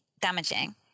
damaging